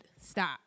stop